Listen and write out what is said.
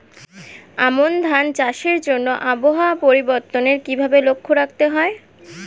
আমন ধান চাষের জন্য আবহাওয়া পরিবর্তনের কিভাবে লক্ষ্য রাখতে হয়?